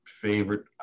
favorite